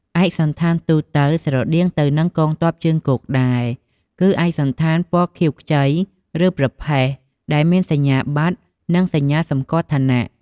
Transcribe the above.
ឯកសណ្ឋានទូទៅ ស្រដៀងទៅនឹងកងទ័ពជើងគោកដែរ គឺឯកសណ្ឋានពណ៌ខៀវខ្ចី ឬប្រផេះ ដែលមានសញ្ញាបត្រ និងសញ្ញាសម្គាល់ឋានៈ។